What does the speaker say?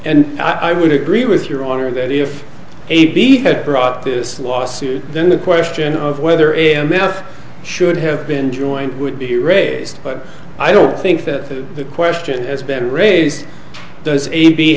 and i would agree with your honor that if a b had brought this lawsuit then the question of whether m f should have been joint would be raised but i don't think that the question has been raised does a b